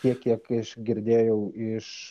tiek kiek aš girdėjau iš